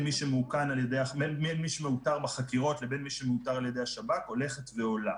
מי שמאותר בחקירות לבין מי שמאותר על ידי השב"כ הולכת ועולה.